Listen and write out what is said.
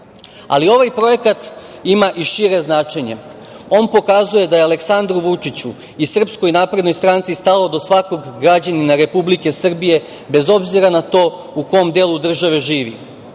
ovaj projekat ima i šire značenje. On pokazuje da je Aleksandru Vučiću i SNS stalo do svakog građanina Republike Srbije, bez obzira na to u kom delu države živi.